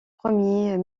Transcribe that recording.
premiers